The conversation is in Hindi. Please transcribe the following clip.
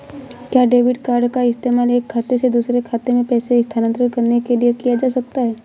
क्या डेबिट कार्ड का इस्तेमाल एक खाते से दूसरे खाते में पैसे स्थानांतरण करने के लिए किया जा सकता है?